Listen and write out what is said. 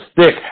stick